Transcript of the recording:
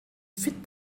fit